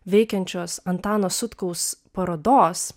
veikiančios antano sutkaus parodos